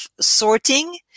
sorting